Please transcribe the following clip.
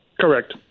correct